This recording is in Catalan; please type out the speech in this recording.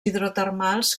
hidrotermals